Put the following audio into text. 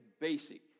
basic